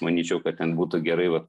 manyčiau kad ten būtų gerai va